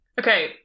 Okay